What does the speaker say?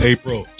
April